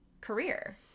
career